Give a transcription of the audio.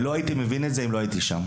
לא הייתי מבין את זה, אם לא הייתי שם.